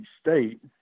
State